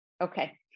Okay